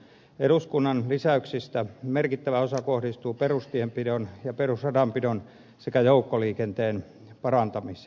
eduskunnan lisäyksistä merkittävä osa kohdistuu perustienpidon ja perusradanpidon sekä joukkoliikenteen parantamiseen